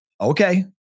Okay